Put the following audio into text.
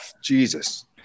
Jesus